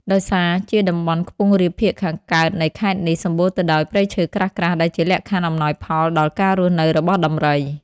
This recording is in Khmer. ដោយសារជាតំបន់ខ្ពង់រាបភាគខាងកើតនៃខេត្តនេះ សម្បូរទៅដោយព្រៃឈើក្រាស់ៗ ដែលជាលក្ខខណ្ឌអំណោយផលដល់ការរស់នៅរបស់ដំរី។